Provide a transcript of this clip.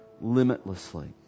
limitlessly